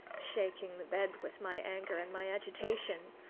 shaking the bed with my anger and my agitation.